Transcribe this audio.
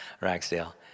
Ragsdale